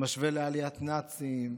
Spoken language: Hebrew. משווה לעליית נאצים,